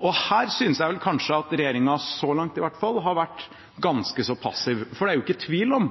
Her synes jeg vel kanskje at regjeringen så langt i hvert fall har vært ganske så passiv, for det er ikke tvil om